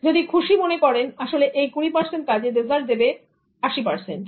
যদি খুশি মনে করেন আসলে এই 20 পার্সেন্ট কাজের রেজাল্ট দেবে 80 পার্সেন্ট